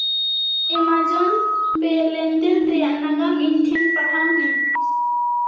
Amazon ᱯᱮ ᱞᱮᱱᱫᱮᱱ ᱨᱮᱭᱟᱜ ᱱᱟᱜᱟᱢ ᱤᱧ ᱴᱷᱮᱱ ᱯᱟᱲᱦᱟᱣ ᱢᱮ